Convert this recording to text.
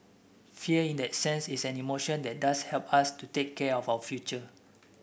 fear in that sense is an emotion that does help us to take care of our future